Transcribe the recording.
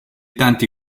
tanti